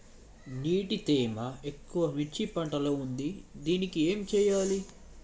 నీటి తేమ ఎక్కువ మిర్చి పంట లో ఉంది దీనికి ఏం చేయాలి?